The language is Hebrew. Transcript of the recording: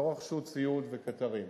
לא רכשו ציוד וקטרים.